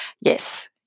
Yes